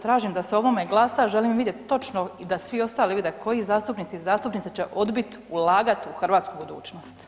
Tražim da se o ovome glasa, želim vidjeti točno, da svi ostali vide koji zastupnici i zastupnice će odbiti ulagati u hrvatsku budućnost.